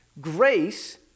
Grace